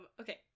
okay